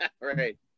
Right